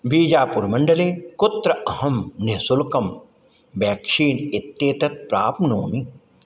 बिजापुर् मण्डले कुत्र अहं निश्शुल्कं व्याक्सीन् इत्येतत् प्राप्नोमि